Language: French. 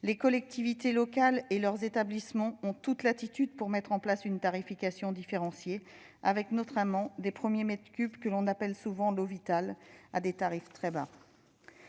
les collectivités locales et leurs établissements ont toute latitude pour mettre en place une tarification différenciée, en proposant notamment les premiers mètres cubes, qu'on appelle souvent « l'eau vitale », à des tarifs très bas.